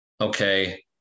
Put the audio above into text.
okay